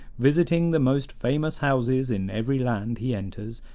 visiting the most famous houses in every land he enters,